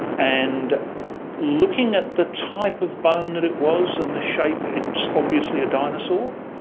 and looking at the type of bone that it was and the shape, it's obviously a dinosaur.